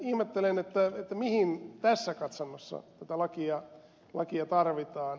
minä ihmettelen mihin tässä katsannossa tätä lakia tarvitaan